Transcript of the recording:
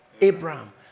Abraham